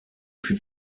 fut